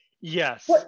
yes